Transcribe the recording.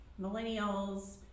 millennials